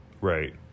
Right